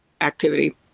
activity